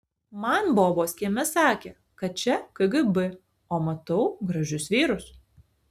man bobos kieme sakė kad čia kgb o matau gražius vyrus